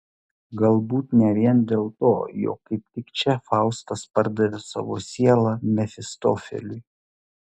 galbūt ne vien dėl to jog kaip tik čia faustas pardavė savo sielą mefistofeliui